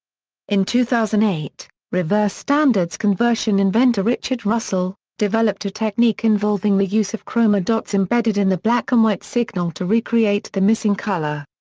in two thousand and eight, reverse standards conversion inventor richard russell, developed a technique involving the use of chroma dots embedded in the black-and-white signal to recreate the missing color.